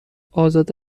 ازاده